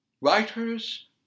Writers